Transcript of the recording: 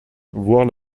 voir